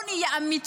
בואו נהיה אמיתיים,